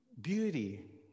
beauty